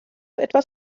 etwas